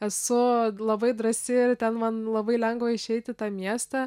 esu labai drąsi ir ten man labai lengva išeit į tą miestą